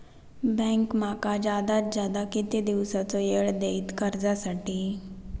Bank माका जादात जादा किती दिवसाचो येळ देयीत कर्जासाठी?